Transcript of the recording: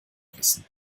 wissen